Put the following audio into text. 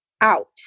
out